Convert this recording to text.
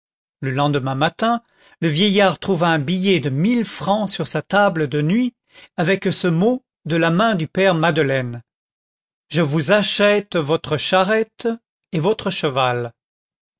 le lendemain matin le vieillard trouva un billet de mille francs sur sa table de nuit avec ce mot de la main du père madeleine je vous achète votre charrette et votre cheval